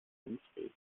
enspezi